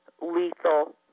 lethal